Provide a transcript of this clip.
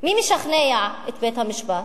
מי משכנע את בית-המשפט?